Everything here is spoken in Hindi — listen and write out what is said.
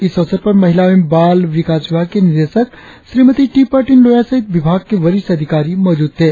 इस अवसर पर महिला एवं बाल विकास विभाग की निदेशक श्रीमती टी पर्टिन लोया सहित विभाग के वरिष्ठ अधिकारी मौजूद थे